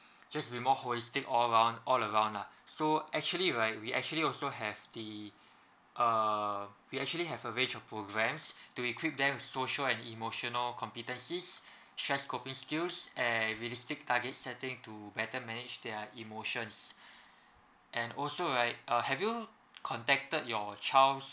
just be more holistic all round all around lah so actually right we actually also have the err we actually have a range of programs to equip them with social and emotional competencies stress coping skills and realistic target setting to better manage their emotions and also right uh have you contacted your child's